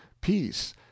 peace